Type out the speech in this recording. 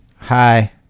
Hi